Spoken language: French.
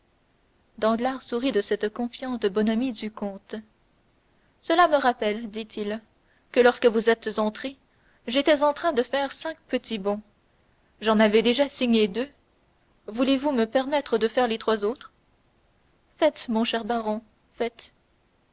pourrait danglars sourit de cette confiante bonhomie du comte cela me rappelle dit-il que lorsque vous êtes entré j'étais en train de faire cinq petits bons j'en avais déjà signé deux voulez-vous me permettre de faire les trois autres faites mon cher baron faites